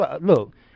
Look